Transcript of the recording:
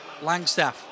Langstaff